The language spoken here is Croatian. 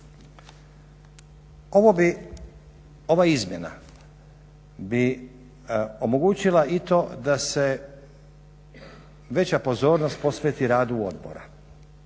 ova izmjena bi omogućila i to da se veća pozornost posveti radu odbora.